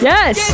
Yes